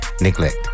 neglect